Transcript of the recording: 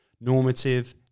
normative